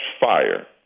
fire